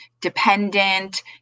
Dependent